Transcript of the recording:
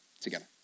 together